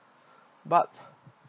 but